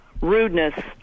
rudeness